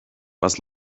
was